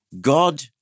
God